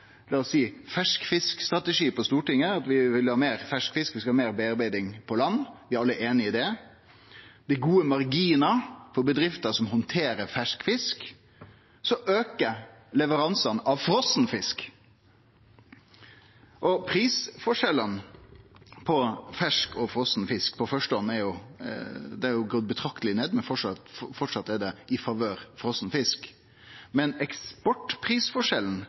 på Stortinget – vi vil ha meir fersk fisk, vi skal ha meir tilverking på land, vi er alle einige i det – og det er gode marginar for bedrifter som handterer fersk fisk, så aukar leveransane av frosen fisk. Prisforskjellen på fersk og frosen fisk på første hand har gått betrakteleg ned, men framleis er det i favør frosen fisk. Eksportprisforskjellen derimot aukar berre meir og meir i favør av fersk fisk, men